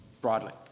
broadly